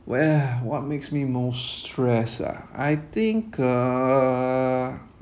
where what makes me more stressed ah I think uh